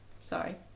Sorry